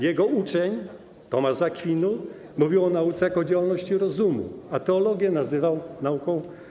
Jego uczeń Tomasz z Akwinu mówił o nauce jako o działalności rozumu, a teologię nazywał nauką.